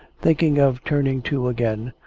thinking of turning-to again,